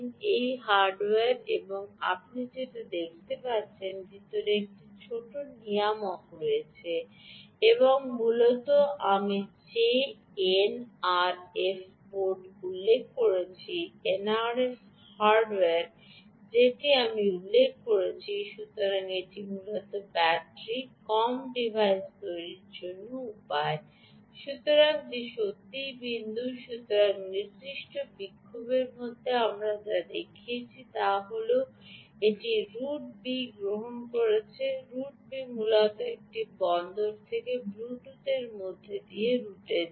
এটি হার্ডওয়্যার এবং আপনি দেখতে পাচ্ছেন যে ভিতরে একটি ছোট নিয়ামক রয়েছে এবং মূলত আমি যে এনআরএফ বোর্ড উল্লেখ করেছি এনআরএফ হার্ডওয়্যার যেটি আমি উল্লেখ করেছি সুতরাং এটি মূলত ব্যাটারি কম ডিভাইস তৈরির অন্য উপায় সুতরাং যে সত্যই বিন্দু সুতরাং এই নির্দিষ্ট বিক্ষোভের মধ্যে আমরা যা দেখিয়েছি তা হল এটি রুট বি গ্রহণ করেছে রুট বি মূলত এটি বন্দর থেকে ব্লুটুথের মধ্য দিয়ে যে রুটে যায়